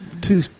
two